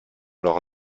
leurs